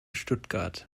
stuttgart